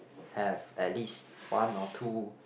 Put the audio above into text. have at least one or two